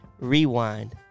rewind